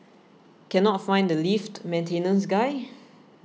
cannot find the lift maintenance guy